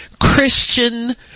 Christian